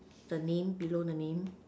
the name below the name